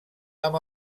amb